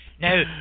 No